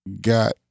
Got